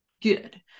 good